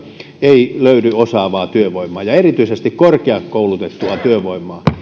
ei löydy osaavaa työvoimaa erityisesti korkeakoulutettua työvoimaa